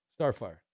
Starfire